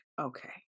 okay